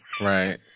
Right